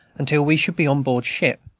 until we should be on board ship.